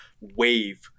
wave